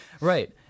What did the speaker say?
right